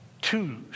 Two